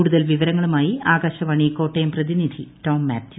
കൂടുതൽ വിവരങ്ങളുമായി ആകാശവാണി കോട്ടയം പ്രതിനിധി ടോം മാത്യൂ